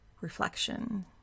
reflection